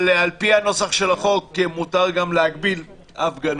אבל על פי הנוסח של החוק, מותר גם להגביל הפגנות.